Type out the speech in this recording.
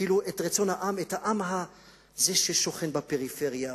את העם ששוכן בפריפריה,